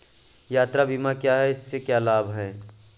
यात्रा बीमा क्या है इसके क्या लाभ हैं?